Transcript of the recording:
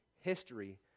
history